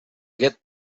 get